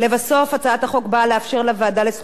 הצעת החוק באה לאפשר לוועדה לזכויות הילד,